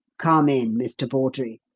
come in, mr. bawdrey.